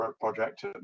project